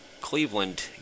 Cleveland